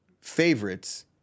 favorites